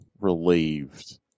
relieved